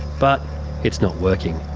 but it's not working.